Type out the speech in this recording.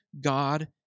God